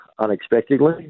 unexpectedly